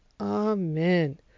Amen